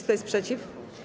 Kto jest przeciw?